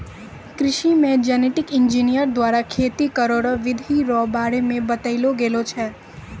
कृषि मे genetic engineer द्वारा खेती करै रो बिधि रो बारे मे बतैलो गेलो छै